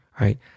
right